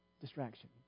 Distraction